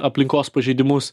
aplinkos pažeidimus